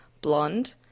blonde